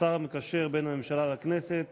השר המקשר בין הממשלה לכנסת